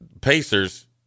pacers